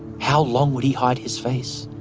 how long would he hide his face?